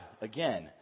again